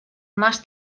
más